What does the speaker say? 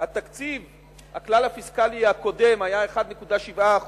הכלל הפיסקלי הקודם היה 1.7%,